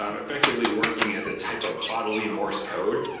um effectively working as a type of bodily morse code.